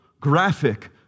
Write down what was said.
graphic